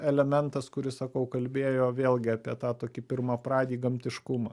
elementas kuris sakau kalbėjo vėlgi apie tą tokį pirmapradį gamtiškumą